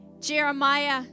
Jeremiah